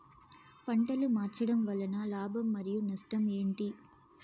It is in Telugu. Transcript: పంటలు మార్చడం వలన లాభం మరియు నష్టం ఏంటి